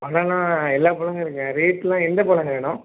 பழமெலாம் எல்லா பழமும் இருக்குங்க ரேட்லாம் எந்த பழங்கள் வேணும்